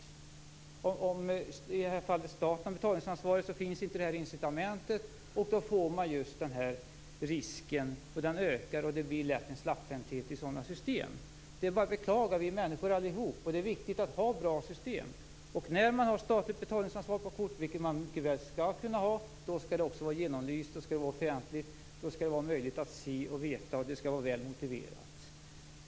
Om, som i det här fallet, staten har betalningsansvaret finns inte det här incitamentet. Då uppstår just den här risken, och den ökar. Det blir lätt en slapphänthet i sådana system. Det är bara att beklaga. Vi är människor allihop, och det är viktigt att ha bra system. När man har statligt betalningsansvar på kort, vilket man mycket väl skall kunna ha, skall det också vara genomlyst. Då skall det vara offentligt. Det skall vara möjligt att se och veta hur det fungerar, och det skall vara väl motiverat.